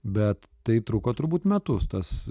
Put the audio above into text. bet tai truko turbūt metus tas